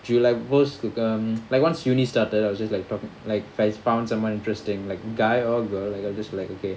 july worst to come like once uni started I was just like talk like I found someone interesting like guy or girl like I'll just like okay